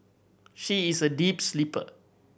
she is a deep sleeper